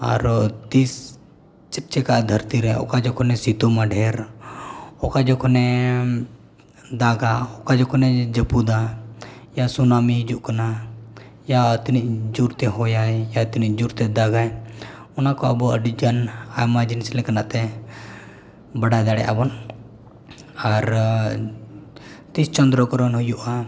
ᱟᱨᱦᱚᱸ ᱛᱤᱥ ᱪᱮᱫ ᱪᱮᱠᱟᱜᱼᱟ ᱫᱷᱟᱹᱨᱛᱤᱨᱮ ᱚᱠᱟ ᱡᱚᱠᱷᱚᱱᱮ ᱥᱤᱛᱩᱝᱟ ᱰᱷᱮᱨ ᱚᱠᱟ ᱡᱚᱠᱷᱚᱱᱮ ᱫᱟᱜᱟ ᱚᱠᱟ ᱡᱚᱠᱷᱚᱱᱮ ᱡᱟᱹᱯᱩᱫᱟ ᱭᱟ ᱥᱩᱱᱟᱢᱤ ᱦᱤᱡᱩᱜ ᱠᱟᱱᱟ ᱭᱟ ᱛᱤᱱᱟᱹᱜ ᱡᱳᱨᱛᱮ ᱦᱚᱭᱟᱭ ᱭᱟ ᱛᱤᱱᱟᱹᱜ ᱡᱳᱨᱛᱮ ᱫᱟᱜᱟᱭ ᱚᱱᱟᱠᱚ ᱟᱵᱚ ᱟᱹᱰᱤᱜᱟᱱ ᱟᱭᱢᱟ ᱡᱤᱱᱤᱥ ᱞᱮᱠᱟᱱᱟᱜᱛᱮ ᱵᱟᱰᱟᱭ ᱫᱟᱲᱮᱭᱟᱜᱼᱟ ᱵᱚᱱ ᱟᱨ ᱛᱤᱥ ᱪᱚᱱᱫᱨᱚ ᱜᱨᱚᱦᱚᱱ ᱦᱩᱭᱩᱜᱼᱟ